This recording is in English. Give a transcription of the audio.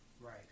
Right